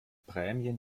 prämien